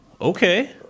Okay